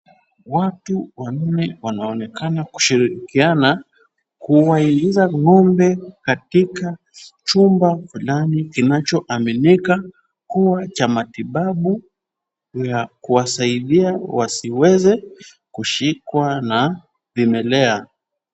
Watu wanne wanaonekana kushirikiana, kuwaingiza ng'ombe katika chumba fulani kinacho aminika kuwa cha matibabu na kuwasaidia wasiweze kushikwa na vimelea.